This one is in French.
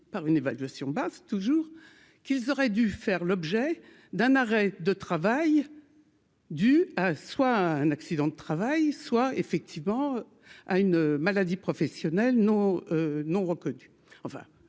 par une évaluation basse toujours qu'ils auraient dû faire l'objet d'un arrêt de travail. Du soit un accident de travail soit effectivement à une maladie professionnelle non non reconnue,